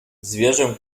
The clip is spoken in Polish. zwierzę